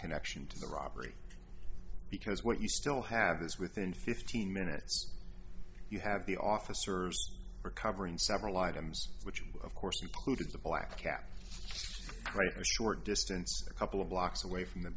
connection to the robbery because when you still have this within fifteen minutes you have the officers are covering several items which of course is a black cap right for short distance a couple of blocks away from the